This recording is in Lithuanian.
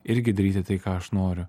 irgi daryti tai ką aš noriu